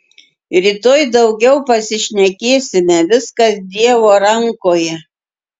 rytoj daugiau pasišnekėsime viskas dievo rankoje